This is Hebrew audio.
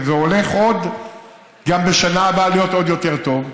וזה הולך בשנה הבאה להיות עוד יותר טוב.